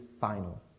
final